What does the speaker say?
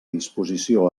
disposició